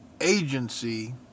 agency